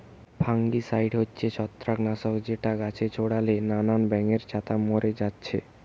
fungicide হচ্ছে ছত্রাক নাশক যেটা গাছে ছোড়ালে নানান ব্যাঙের ছাতা মোরে যাচ্ছে